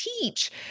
teach